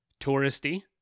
touristy